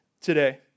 today